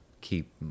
keep